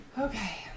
Okay